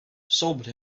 sobered